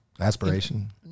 aspiration